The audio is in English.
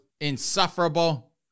insufferable